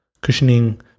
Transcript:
cushioning